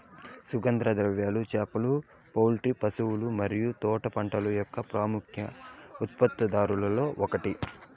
సుగంధ ద్రవ్యాలు, చేపలు, పౌల్ట్రీ, పశువుల మరియు తోటల పంటల యొక్క ప్రముఖ ఉత్పత్తిదారులలో ఒకటి